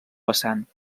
vessant